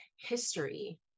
history